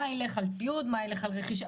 מה ילך על ציוד, מה ילך על רכישה.